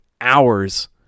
hours